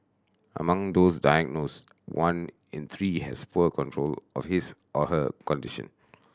among those diagnosed one in three has poor control of his or her condition